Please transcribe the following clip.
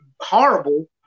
horrible